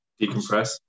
decompress